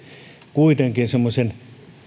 kuitenkin semmoisen